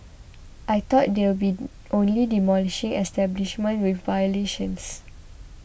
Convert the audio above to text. I thought they'll be only demolishing establishments with violations